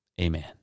amen